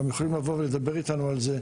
הם גם יכולים לבוא ולדבר איתנו על זה.